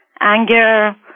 anger